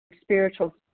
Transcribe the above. spiritual